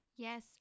Yes